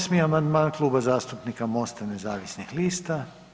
8. amandman Kluba zastupnika Mosta nezavisnih lista.